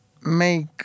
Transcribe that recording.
make